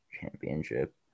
championship